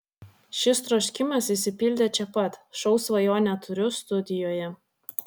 šis troškimas išsipildė čia pat šou svajonę turiu studijoje